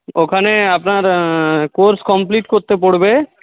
ওখানে আপনার course complete করতে পড়বে